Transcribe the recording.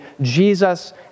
Jesus